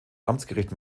amtsgericht